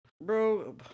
Bro